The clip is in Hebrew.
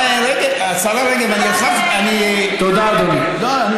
השרה רגב, אני הרחבתי, תודה, אדוני.